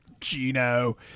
Gino